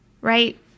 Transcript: right